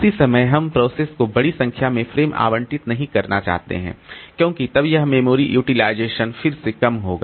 उसी समय हम प्रोसेस को बड़ी संख्या में फ़्रेम आवंटित नहीं करना चाहते हैं क्योंकि तब यह मेमोरी यूटिलाइजेशन फिर से कम होगा